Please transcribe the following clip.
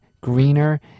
greener